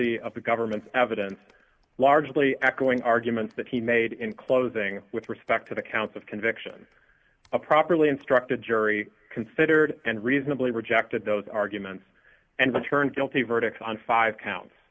sufficiency of the government's evidence largely echoing arguments that he made in closing with respect to the counts of conviction a properly instructed jury considered and reasonably rejected those arguments and returned guilty verdicts on five coun